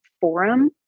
forum